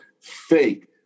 fake